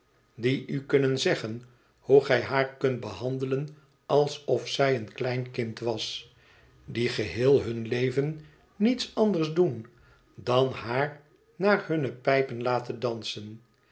die u kunnen zeggen hoe gij haar kunt behandelen alsof zij een klein kind was die geheel hun leven niets anders doen dan haar naar hunne pijpen laten dansen